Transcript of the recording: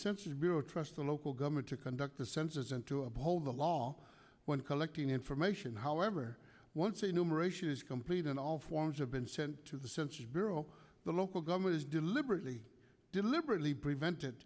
census bureau trust the local government to conduct the census and to uphold the law when collecting information however once the numeration is complete and all forms have been sent to the census bureau the local government is deliberately deliberately prevented